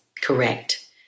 correct